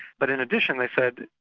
but in addition, they said,